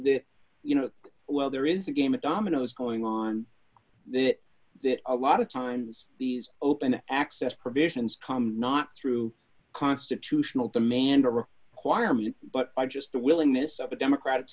that you know well there is a game of dominoes going on there that a lot of times these open access provisions tom not through constitutional demand quire me but i just the willingness of a democratic